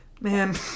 Man